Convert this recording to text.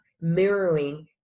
mirroring